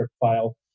file